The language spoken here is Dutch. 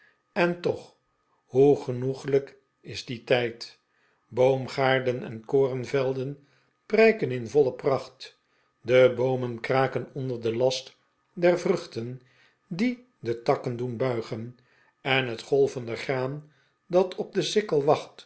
en toch hoe genoeglijk is die tijd boomgaarden en korenvelden prijken in voile prachtj de boomen kraken onder den last der vr'uchten die de takken doen buigen en het golvende graan dat op de sikkel wacht